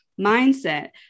mindset